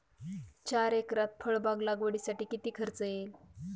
चार एकरात फळबाग लागवडीसाठी किती खर्च येईल?